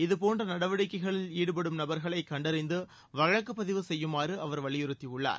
இதபோன்ற நடவடிக்கைகளில் ஈடுபடும் நபர்களை கண்டறிந்து வழக்குப் பதிவு செய்யுமாறு அவர் வலியுறுத்தியுள்ளார்